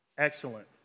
excellent